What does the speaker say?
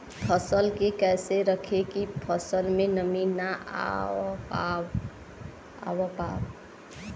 फसल के कैसे रखे की फसल में नमी ना आवा पाव?